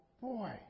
boy